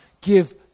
give